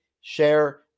share